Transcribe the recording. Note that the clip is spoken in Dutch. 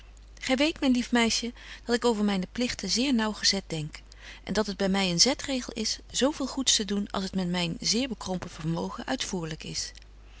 gy weet myn lief meisje dat ik over myne pligten zeer naauw gezet denk en dat het by my een zetregel is zo veel goeds te doen als met myn zeer bekrompen vermogen uitvoerlyk is